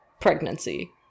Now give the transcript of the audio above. pregnancy